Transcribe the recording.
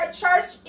church